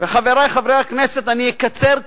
חברי חברי הכנסת, אני אקצר.